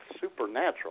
supernatural